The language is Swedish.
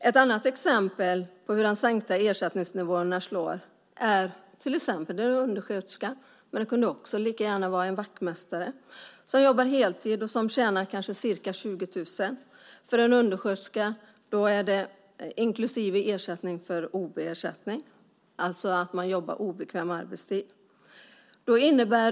Ett annat exempel på hur de sänkta ersättningsnivåerna slår är en undersköterska eller en vaktmästare som jobbar heltid och som tjänar ca 20 000 kr - för en undersköterska är det inklusive ob-ersättning, alltså att man jobbar på obekväm arbetstid.